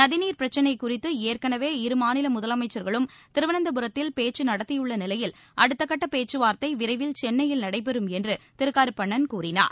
நதிநீர் பிரச்சினை குறித்து ஏற்கனவே இருமாநில முதலமைச்சர்களும் திருவனந்தபுரத்தில் பேச்சு நடத்தியுள்ள நிலையில் அடுத்தக்கட்ட பேச்சுவார்த்தை விரைவில் சென்னையில் நடைபெறும் என்று திரு கருப்பண்ணன் கூறினார்